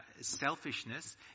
selfishness